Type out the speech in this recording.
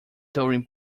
during